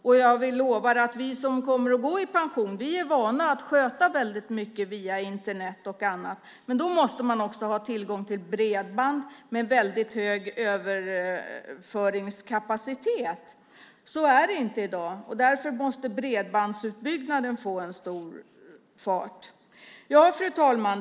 Och jag lovar att vi som snart kommer att gå i pension är vana att sköta väldigt mycket via Internet, men då måste alla ha tillgång till bredband med väldigt hög överföringskapacitet. Så är det inte i dag. Därför måste takten i bredbandsutbyggnaden öka. Fru talman!